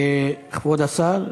כבוד השר.